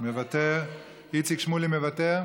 מוותר; איציק שמולי, מוותר,